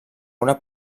una